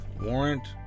warrant